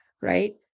right